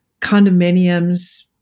condominiums